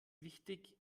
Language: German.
wichtig